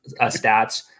stats